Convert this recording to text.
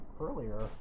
earlier